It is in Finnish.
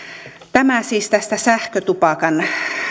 tämä siis tästä sähkötupakan